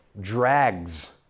drags